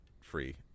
free